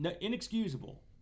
Inexcusable